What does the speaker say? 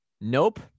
Nope